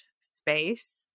space